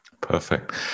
Perfect